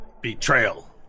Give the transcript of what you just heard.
betrayal